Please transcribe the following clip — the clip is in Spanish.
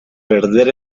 perder